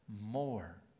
more